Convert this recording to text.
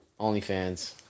OnlyFans